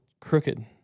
crooked